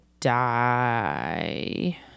die